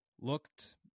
looked